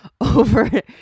over